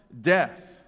death